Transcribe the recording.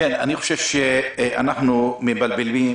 אני חושב שאנחנו מבלבלים,